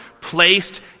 placed